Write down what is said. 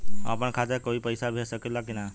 हम अपने खाता से कोई के पैसा भेज सकी ला की ना?